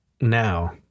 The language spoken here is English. now